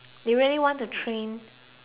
bring talents